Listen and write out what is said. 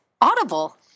Audible